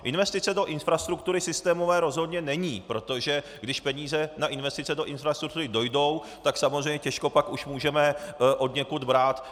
Investice do infrastruktury systémové rozhodně nejsou, protože když peníze na investice do infrastruktury dojdou, tak samozřejmě těžko pak už můžeme odněkud brát.